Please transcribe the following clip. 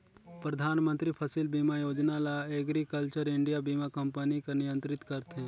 परधानमंतरी फसिल बीमा योजना ल agriculture India Bima company हर नियंत्रित करथे